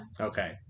Okay